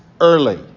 early